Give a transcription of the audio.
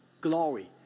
glory